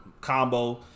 combo